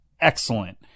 excellent